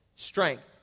strength